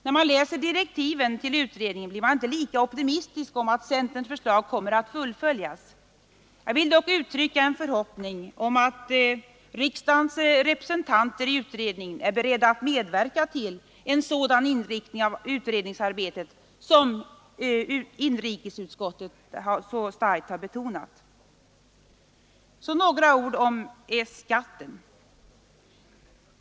När man läser direktiven till utredningen blir man inte lika optimistisk om att centerns förslag kommer att fullföljas. Jag vill dock uttrycka en förhoppning om att riksdagens representanter i utredningen är beredda att medverka till en sådan inriktning av utredningsarbetet som inrikesutskottet så starkt har betonat. Så några ord om skatten!